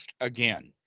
again